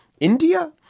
India